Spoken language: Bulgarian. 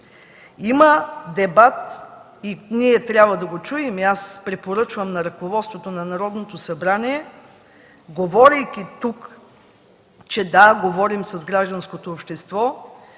Има дебат и ние трябва да го чуем. Аз препоръчвам на ръководството на Народното събрание, говорейки тук, че – да, говорим с гражданското общество,